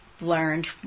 learned